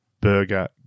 burger